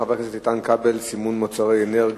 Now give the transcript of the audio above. של חבר הכנסת איתן כבל: סימון מוצרי מזון,